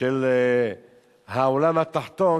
של העולם התחתון,